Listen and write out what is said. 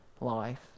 life